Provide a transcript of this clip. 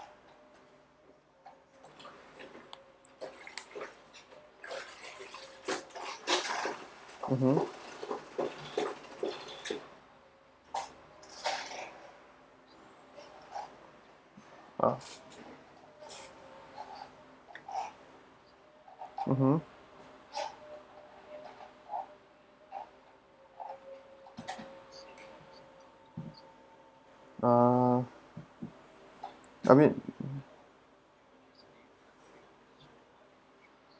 mmhmm ah mmhmm ah I mean